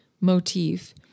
motif